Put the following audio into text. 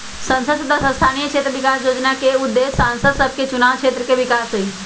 संसद सदस्य स्थानीय क्षेत्र विकास जोजना के उद्देश्य सांसद सभके चुनाव क्षेत्र के विकास हइ